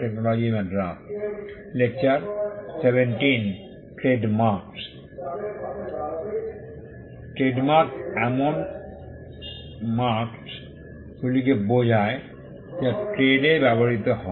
trademark এমন marks গুলিকে বোঝায় যা ট্রেডে ব্যবহৃত হয়